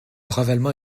ravalement